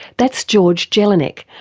that's george jelinek,